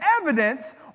evidence